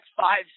five